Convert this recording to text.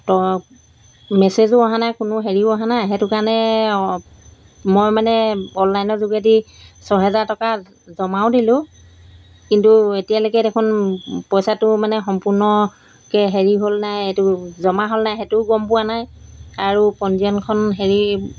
ত মেছেজো অহা নাই কোনো হেৰিও অহা নাই সেইটো কাৰণে মই মানে অনলাইনৰ যোগেদি ছয়হেজাৰ টকা জমাও দিলোঁ কিন্তু এতিয়ালৈকে দেখোন পইচাটো মানে সম্পূৰ্ণকৈ হেৰি হ'ল নাই এইটো জমা হ'ল নাই সেইটোও গম পোৱা নাই আৰু পঞ্জীয়নখন হেৰি